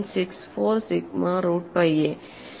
64 sigma root pi a